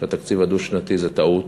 שהתקציב הדו-שנתי זה טעות,